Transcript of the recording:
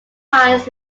times